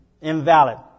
invalid